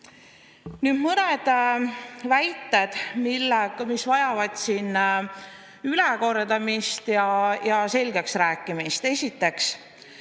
Nüüd mõned väited, mis vajavad siin ülekordamist ja selgeksrääkimist. Esiteks